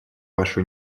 вашу